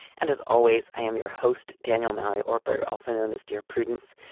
and as always i am your host. daniel mallory author also known as dear prudence.